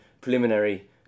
preliminary